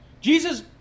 Jesus